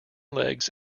legs